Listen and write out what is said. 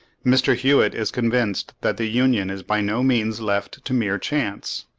mr. hewitt is convinced that the union is by no means left to mere chance,